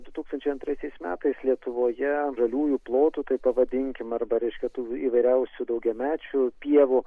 du tūkstančiai antraisiais metais lietuvoje žaliųjų plotų taip pavadinkim arba reiškia tų įvairiausių daugiamečių pievų